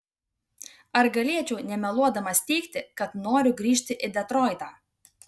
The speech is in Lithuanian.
ar galėčiau nemeluodamas teigti kad noriu grįžti į detroitą